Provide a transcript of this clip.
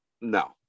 no